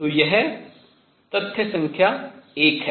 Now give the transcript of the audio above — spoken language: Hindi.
तो यह तथ्य संख्या एक है